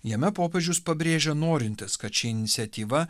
jame popiežius pabrėžė norintis kad ši iniciatyva